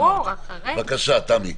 בבקשה, תמי.